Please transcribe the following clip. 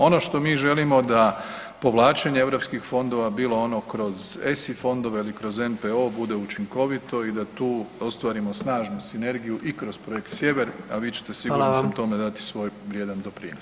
Ono što mi želimo da povlačenje europskih fondova, bilo ono kroz ESI fondova ili kroz NPO bude učinkovito i da tu ostvarimo snažnu sinergiju i kroz projekt Sjever, a vi ćete siguran sam tome dati svoj vrijedan doprinos.